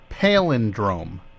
Palindrome